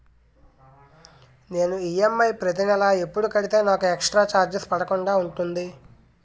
నేను ఈ.ఎం.ఐ ప్రతి నెల ఎపుడు కడితే నాకు ఎక్స్ స్త్ర చార్జెస్ పడకుండా ఉంటుంది?